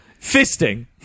fisting